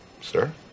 Sir